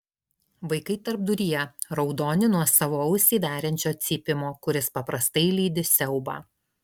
vaikai tarpduryje raudoni nuo savo ausį veriančio cypimo kuris paprastai lydi siaubą